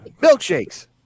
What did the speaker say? Milkshakes